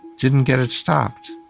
didn't get it stopped